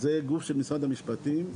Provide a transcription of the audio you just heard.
זה גוף של משרד המשפטים,